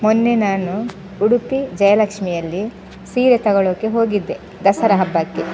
ಮೊನ್ನೆ ನಾನು ಉಡುಪಿ ಜಯಲಕ್ಷ್ಮಿಯಲ್ಲಿ ಸೀರೆ ತಗೊಳೊಕ್ಕೆ ಹೋಗಿದ್ದೆ ದಸರಾ ಹಬ್ಬಕ್ಕೆ